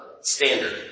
standard